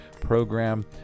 program